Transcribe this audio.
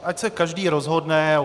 Ať se každý rozhodne.